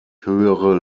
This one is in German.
höhere